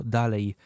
dalej